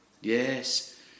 Yes